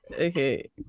Okay